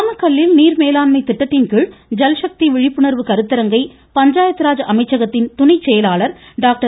நாமக்கல்லில் நீர்மேலாண்மை திட்டத்தின்கீழ் ஜல்சக்தி விழிப்புணர்வு கருத்தரங்கை பஞ்சாயத்ராஜ் அமைச்சகத்தின் துணை செயலாளர் டாக்டர்